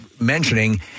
mentioning